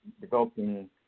developing